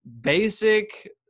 basic